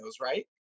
Right